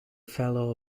fellow